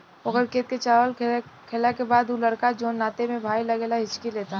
ओकर खेत के चावल खैला के बाद उ लड़का जोन नाते में भाई लागेला हिच्की लेता